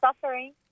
suffering